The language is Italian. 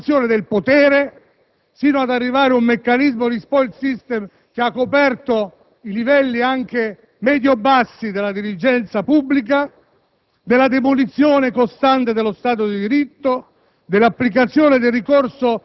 stancati di questi mesi di Governo caratterizzati dall'occupazione del potere, sino ad arrivare a un meccanismo di *spoils system* che ha coperto anche i livelli medio-bassi della dirigenza pubblica,